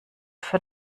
für